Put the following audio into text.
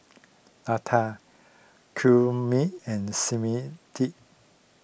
Lata Gurmeet and Smriti